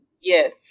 Yes